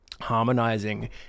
harmonizing